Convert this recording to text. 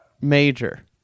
Major